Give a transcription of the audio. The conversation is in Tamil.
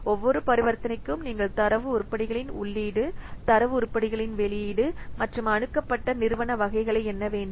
ஒவ்வொரு பரிவர்த்தனைக்கும் நீங்கள் தரவு உருப்படிகளின் உள்ளீடு தரவு உருப்படிகளின் வெளியீடு மற்றும் அணுகப்பட்ட நிறுவன வகைகளை எண்ண வேண்டும்